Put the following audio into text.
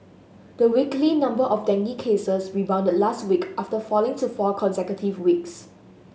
the weekly number of dengue cases rebounded last week after falling to four consecutive weeks